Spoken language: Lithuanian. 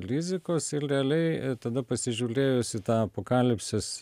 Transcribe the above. rizikos il realiai tada pasižiūlėjus į tą apokalipsės